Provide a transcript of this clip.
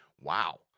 Wow